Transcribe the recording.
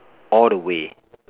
all the way